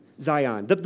Zion